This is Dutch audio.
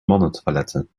mannentoiletten